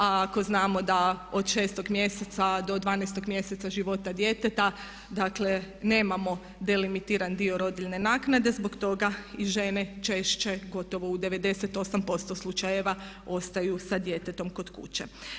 A ako znamo da od 6. mjeseca do 12. mjeseca života djeteta dakle nemamo delimitiran dio rodiljne naknade zbog toga i žene češće gotovo u 98% slučajeva ostaju sa djetetom kod kuće.